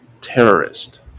terrorist